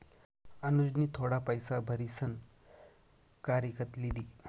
अनुजनी थोडा पैसा भारीसन कार इकत लिदी